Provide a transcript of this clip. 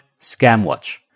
Scamwatch